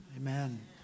Amen